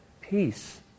peace